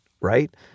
right